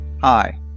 Hi